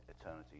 eternity